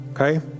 Okay